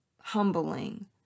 humbling